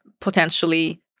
potentially